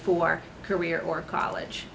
for career or college